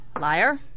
Liar